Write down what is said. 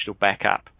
backup